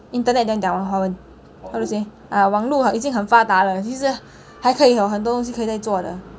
internet 酱讲华文 how to say ah 网路已经很发达了其实还可以很多东西可以再做的